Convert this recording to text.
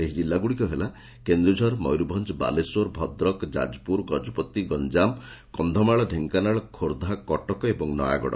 ସେହି ଜିଲ୍ଲାଗୁଡ଼ିକ ହେଲା କେନୁଝର ମୟରଭଞ୍ ବାଲେଶ୍ୱର ଭଦ୍ରକ ଯାଜପୁର ଗଜପତି ଗଞାମ କକ୍ଷମାଳ ଢେଙ୍କାନାଳ ଖୋର୍ବ୍ଧା କଟକ ଓ ନୟାଗଡ